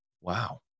wow